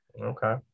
okay